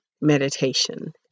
meditation